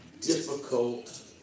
difficult